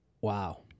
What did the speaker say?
Wow